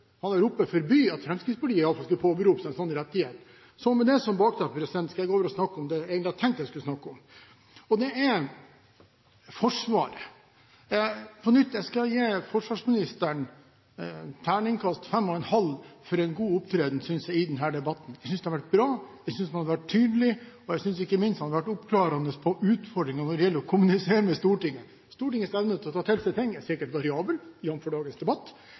han der oppe forby at Fremskrittspartiet skulle påberope seg en sånn rettighet! Med det som bakteppe skal jeg gå over til å snakke om det jeg egentlig hadde tenkt å snakke om, og det er Forsvaret. Jeg skal gi forsvarsministeren terningkast 5,5 for en god opptreden i denne debatten. Jeg synes han har vært bra, jeg synes han har vært tydelig, og jeg synes ikke minst at han har vært oppklarende på utfordringene når det gjelder å kommunisere med Stortinget. Stortingets evne til å ta til seg ting er sikkert variabel, jf. dagens debatt,